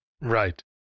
right